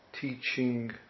teaching